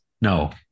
no